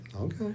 Okay